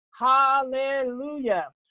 Hallelujah